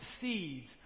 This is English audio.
seeds